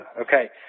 Okay